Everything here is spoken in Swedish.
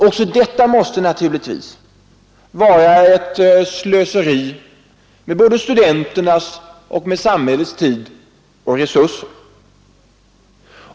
Också detta måste naturligtvis vara ett slöseri med både studenternas och samhällets tid och resurser.